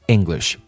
English，